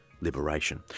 liberation